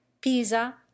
Pisa